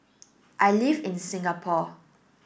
I live in Singapore